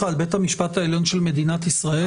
על בית המשפט העליון של מדינת ישראל?